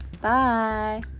Bye